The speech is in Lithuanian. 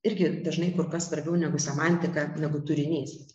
irgi dažnai kur kas svarbiau negu semantika negu turinys